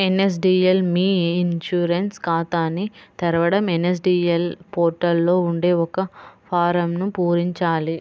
NSDL మీ e insurance ఖాతాని తెరవడం ఎన్.ఎస్.డి.ఎల్ పోర్టల్ లో ఉండే ఒక ఫారమ్ను పూరించాలి